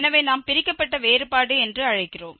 எனவே நாம் பிரிக்கப்பட்ட வேறுபாடு என்று அழைக்கிறோம்